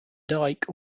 dike